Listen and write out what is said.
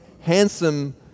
handsome